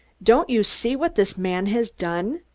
don't you see what this man has done?